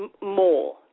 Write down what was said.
more